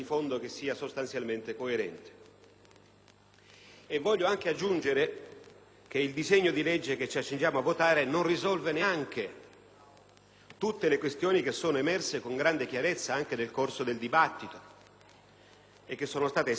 Voglio anche aggiungere che il disegno di legge che ci accingiamo a votare non risolve neanche tutte le questioni emerse con grande chiarezza nel corso del dibattito ed esposte in quest'Aula, in particolare dai relatori.